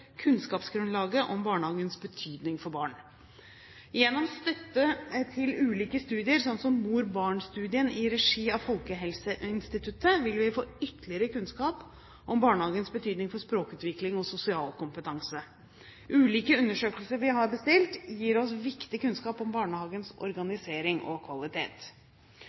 kunnskapsgrunnlaget for barnehagens betydning for barn. Gjennom støtte til ulike studier, sånn som mor og barn-studien i regi av Folkehelseinstituttet, vil vi få ytterligere kunnskap om barnehagens betydning for språkutvikling og sosial kompetanse. Ulike undersøkelser vi har bestilt, gir oss viktig kunnskap om barnehagens organisering og kvalitet.